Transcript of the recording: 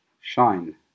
shine